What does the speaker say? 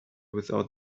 without